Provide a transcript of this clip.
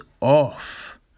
off